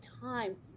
time